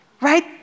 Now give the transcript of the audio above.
Right